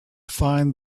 find